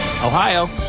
Ohio